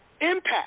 impact